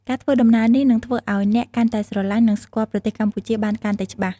ការធ្វើដំណើរនេះនឹងធ្វើឱ្យអ្នកកាន់តែស្រលាញ់និងស្គាល់ប្រទេសកម្ពុជាបានកាន់តែច្បាស់។